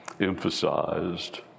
emphasized